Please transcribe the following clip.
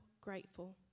grateful